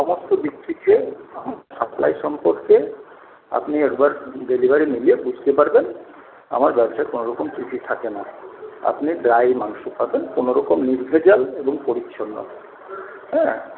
সমস্ত দিক থেকে সাপ্লাই সম্পর্কে আপনি একবার ডেলিভারি নিলে বুঝতে পারবেন আমার ব্যবসায় কোনোরকম ত্রুটি থাকে না আপনি ড্রাই মাংস পাবেন কোনোরকম নির্ভেজাল এবং পরিচ্ছন্ন হ্যাঁ